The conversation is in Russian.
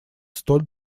столь